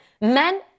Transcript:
Men